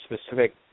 specific